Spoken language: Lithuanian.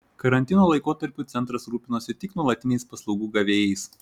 karantino laikotarpiu centras rūpinasi tik nuolatiniais paslaugų gavėjais